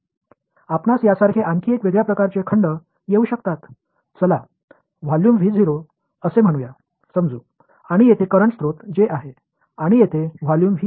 நீங்கள் வேறொரு வகையான கொள்ளளவுக் காணலாம் அது இது போன்றது இது கொள்ளளவு என்று சொல்லலாம் இங்கு ஒரு கரண்ட் ஆதாரம் J உள்ளது இது கொள்ளளவு V